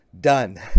done